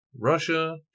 Russia